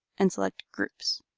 and select groups.